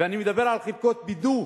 ואני מדבר על חלקה ב"דוּ":